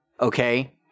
okay